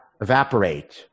evaporate